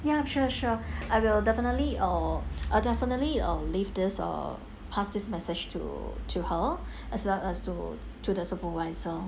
ya sure sure I will definitely err uh definitely uh leave this uh pass this message to to her as well as to to the supervisor